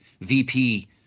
VP